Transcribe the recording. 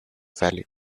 value